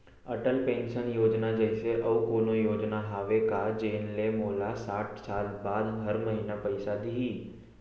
Atal pension Yojana जइसे अऊ कोनो योजना हावे का जेन ले मोला साठ साल बाद हर महीना पइसा दिही?